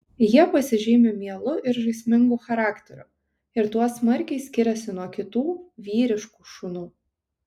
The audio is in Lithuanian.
jie pasižymi mielu ir žaismingu charakteriu ir tuo smarkiai skiriasi nuo kitų vyriškų šunų